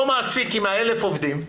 אותו מעסיק עם ה-1,000 עובדים,